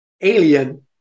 alien